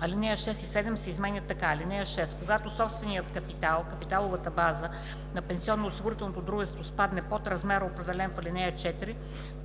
Алинеи 6 и 7 се изменят така: „(6) Когато собственият капитал (капиталовата база) на пенсионноосигурителното дружество спадне под размера, определен в ал. 4,